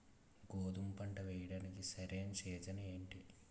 గోధుమపంట వేయడానికి సరైన సీజన్ ఏంటి?